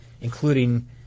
including